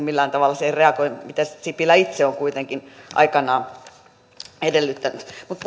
millään tavalla siihen reagoi mitä sipilä itse on kuitenkin aikanaan edellyttänyt mutta